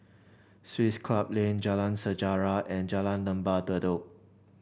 Swiss Club Lane Jalan Sejarah and Jalan Lembah Bedok